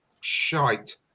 shite